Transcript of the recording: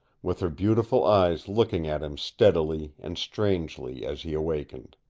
with her beautiful eyes looking at him steadily and strangely as he awakened.